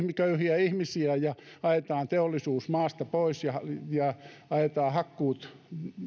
köyhiä ihmisiä ajetaan teollisuus maasta pois ja ajetaan hakkuut